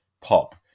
pop